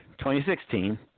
2016